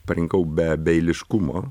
parinkau be be eiliškumo